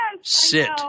sit